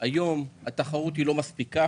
- היום התחרות היא לא מספיקה